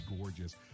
gorgeous